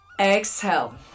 Exhale